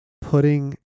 putting